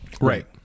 right